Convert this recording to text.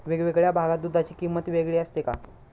वेगवेगळ्या भागात दूधाची किंमत वेगळी असते का?